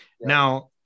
Now